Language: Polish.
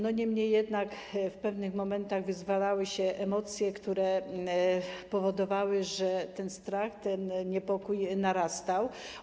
Niemniej jednak w pewnych momentach wyzwalały się emocje, które powodowały, że ten strach, ten niepokój narastał.